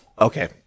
Okay